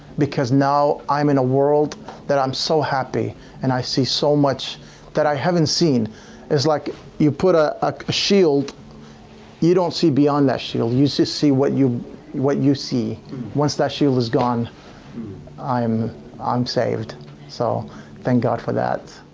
because now i'm in a world that i'm so happy and i see so much that i haven't seen it's like you put a ah shield you don't see beyond that shield used to see what you what you see once that shield is gone i'm i'm saved so thank god for that